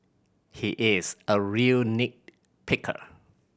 he is a real nit picker